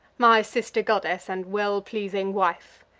my sister goddess, and well-pleasing wife,